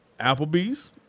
Applebee's